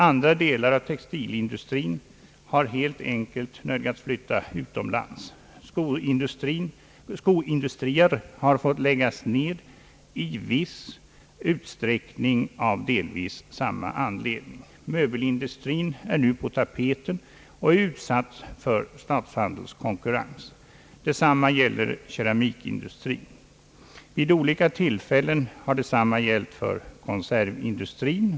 Andra delar av textilindustrin har helt enkelt nödgats flytta utomlands. Skoindustrin har fått läggas ned i viss utsträckning och delvis av samma anledning. Möbelindustrin är nu på tapeten och är utsatt för statshandelskonkurrens. Detsamma gäller keramikindustrin. Vid olika tillfäl len "har detsamma gällt för konservindustrin.